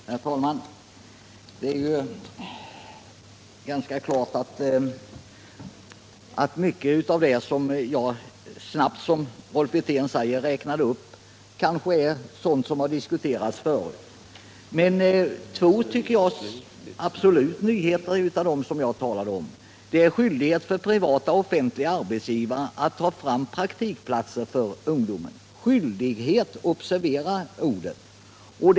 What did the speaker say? Herr talman! Det är ganska klart att mycket av det som jag snabbt —- som Rolf Wirtén sade — räknade upp är sådant som diskuterats förut. Men jag tycker att det absolut fanns två nyheter bland det jag talade om. Den första är skyldigheten för privata och offentliga arbetsgivare att ta fram praktikplatser för ungdom. Observera ordet skyldighet!